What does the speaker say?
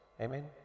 Amen